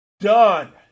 Done